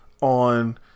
on